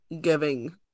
giving